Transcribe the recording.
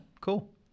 cool